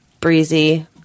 breezy